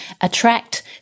attract